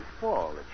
fall